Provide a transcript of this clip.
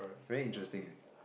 very interesting